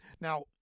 now